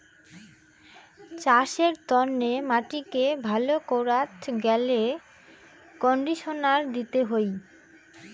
চাসের তন্নে মাটিকে ভালো করাত গ্যালে কন্ডিশনার দিতে হই